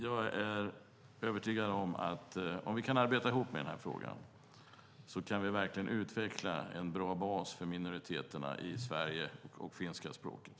Jag är övertygad om att om vi kan arbeta ihop i den här frågan kan vi verkligen utveckla en bra bas för minoriteterna i Sverige och för det finska språket.